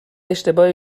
اشتباهی